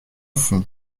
fond